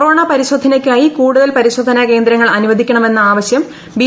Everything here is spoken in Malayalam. കൊറോണ പരിശോധനയ്ക്കായി കൂടുതൽ പരിശോധനാ കേന്ദ്രങ്ങൾ അനുവദിക്കണമെന്ന ആവശ്യം ബി